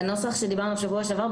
בנוסח שדיברנו עליו בשבוע שעבר,